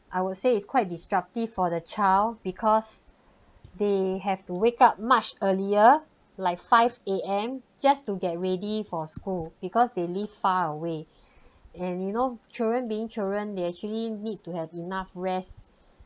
I would say it's quite disruptive for the child because they have to wake up much earlier like five A_M just to get ready for school because they live far away and you know children being children they actually need to have enough rest